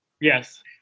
Yes